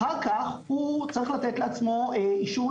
אחר-כך, הוא צריך לתת לעצמו אישור